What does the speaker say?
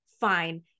fine